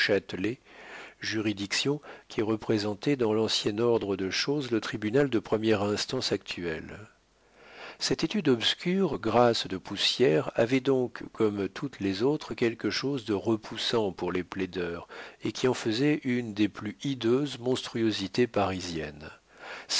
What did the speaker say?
juridiction qui représentait dans l'ancien ordre de choses le tribunal de première instance actuel cette étude obscure grasse de poussière avait donc comme toutes les autres quelque chose de repoussant pour les plaideurs et qui en faisait une des plus hideuses monstruosités parisiennes